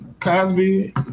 cosby